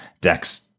Dex